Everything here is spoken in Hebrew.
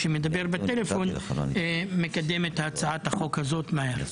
שמדבר בטלפון, מקדם את הצעת החוק הזו מהר.